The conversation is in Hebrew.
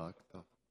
(הישיבה נפסקה בשעה